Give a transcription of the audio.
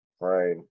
right